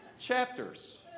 Chapters